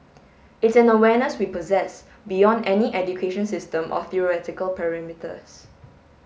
it's an awareness we possess beyond any education system or theoretical perimeters